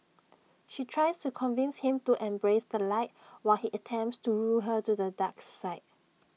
she tries to convince him to embrace the light while he attempts to lure her to the dark side